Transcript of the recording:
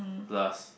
glass